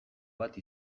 bat